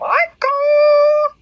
Michael